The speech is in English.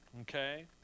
Okay